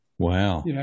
Wow